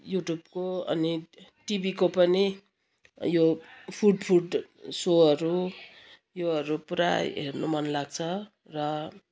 युट्युबको अनि टिभीको पनि यो फुडफुड सोहरू योहरू पुरा हेर्नु मन लाग्छ र